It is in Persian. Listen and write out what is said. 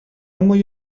موی